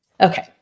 Okay